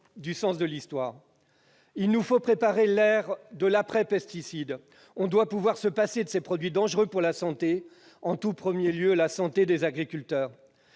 du sens de l'histoire. Il nous faut préparer l'ère de l'après-pesticide. On doit pouvoir se passer de ces produits dangereux pour la santé, en tout premier lieu la santé des agriculteurs.